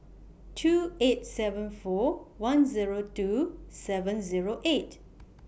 two eight seven four one Zero two seven Zero eight